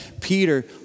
Peter